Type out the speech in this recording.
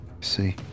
see